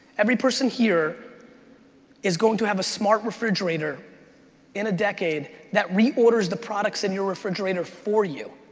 every person here is going to have a smart refrigerator in a decade that reorders the products in your refrigerator for you.